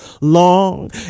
long